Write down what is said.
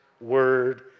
word